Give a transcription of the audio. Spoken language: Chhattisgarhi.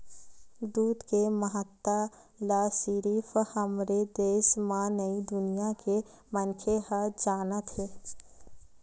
दूद के महत्ता ल सिरिफ हमरे देस म नइ दुनिया के मनखे ह जानत हे